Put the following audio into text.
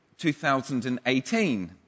2018